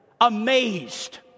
Amazed